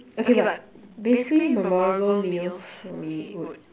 okay but basically memorable meal for me would